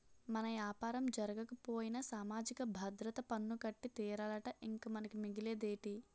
మన యాపారం జరగకపోయినా సామాజిక భద్రత పన్ను కట్టి తీరాలట ఇంక మనకి మిగిలేదేటి